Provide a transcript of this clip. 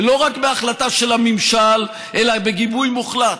ולא רק בהחלטה של הממשלה אלא בגיבוי מוחלט